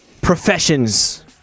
professions